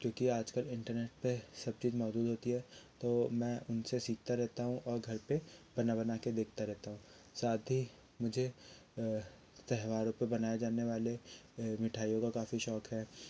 जो कि आजकल इंटरनेट पे सब चीज मौजूद होती है तो मैं उनसे सीखाता रहता हूँ और घर पे बना बना के देखता रहता हूँ साथ ही मुझे त्योहारों पे बनाए जाने वाले मिठाइयों का काफ़ी शौक है